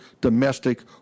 domestic